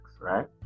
right